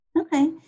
Okay